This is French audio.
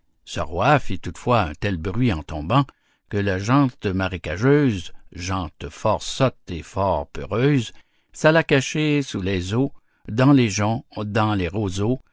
ce roi fit toutefois un tel bruit en tombant que la gent marécageuse cent fort sotte et fort peureuse s'alla cacher sous les eaux dans les joncs dans les roseaux